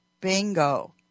Bingo